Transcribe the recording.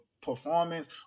performance